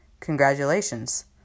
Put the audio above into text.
Congratulations